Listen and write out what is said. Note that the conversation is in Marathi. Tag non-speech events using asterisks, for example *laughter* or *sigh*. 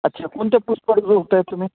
अच्छा कोणत्या *unintelligible* तुम्ही